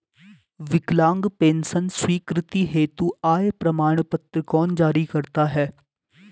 विकलांग पेंशन स्वीकृति हेतु आय प्रमाण पत्र कौन जारी करता है?